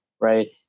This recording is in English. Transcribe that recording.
right